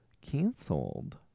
canceled